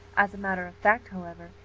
as a matter of fact, however,